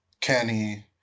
Kenny